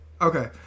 Okay